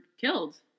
killed